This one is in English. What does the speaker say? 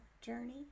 journey